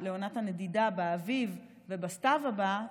לעונת הנדידה באביב ובסתיו הבא,